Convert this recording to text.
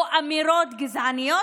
או אמירות גזעניות,